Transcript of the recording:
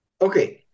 Okay